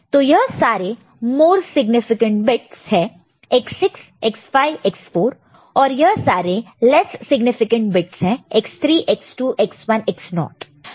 तो यह सारे मोर सिग्निफिकेंट बिट्स है X6 X5 X4 और यह सारे less significant bits X3 X2 X1 X0 है